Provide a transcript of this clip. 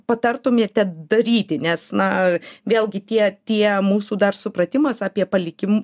patartumėte daryti nes na vėlgi tie tie mūsų dar supratimas apie palikim